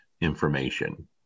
information